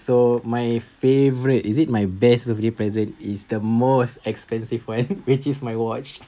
so my favourite is it my best birthday present is the most expensive one which is my watch